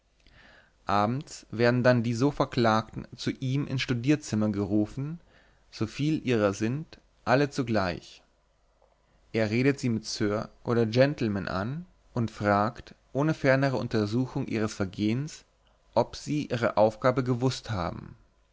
abends werden dann die so verklagten zu ihm ins studierzimmer gerufen so viel ihrer sind alle zugleich er redet sie mit sir oder gentleman an und fragt ohne fernere untersuchung ihres vergehens ob sie ihre aufgabe gewußt haben